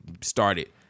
started